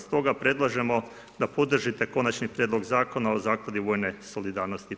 Stoga predlažemo da podržite Konačni prijedlog Zakona o zakladi vojne solidarnosti.